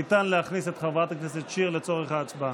ניתן להכניס את חברת הכנסת שיר לצורך ההצבעה.